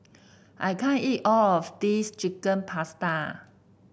I can't eat all of this Chicken Pasta